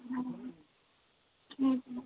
ਹੂੰ ਹੂੰ ਹੂੰ ਹੂੰ